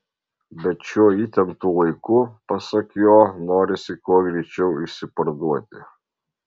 bet šiuo įtemptu laiku pasak jo norisi kuo greičiau išsiparduoti